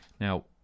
Now